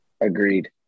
Agreed